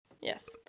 Yes